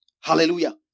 Hallelujah